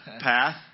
path